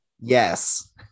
Yes